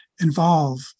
involve